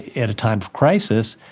at a time of crisis,